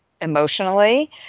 emotionally